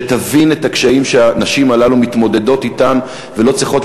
שתבין את הקשיים שהנשים הללו מתמודדות אתם ולא צריכות